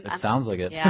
ah sounds like it. yeah